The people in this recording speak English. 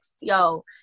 Yo